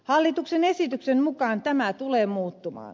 hallituksen esityksen mukaan tämä tulee muuttumaan